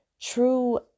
true